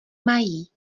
mají